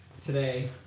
today